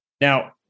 Now